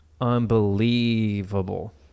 Unbelievable